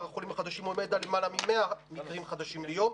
החולים החדשים עומד על למעלה מ-100 מקרים חדשים ליום.